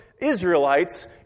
Israelites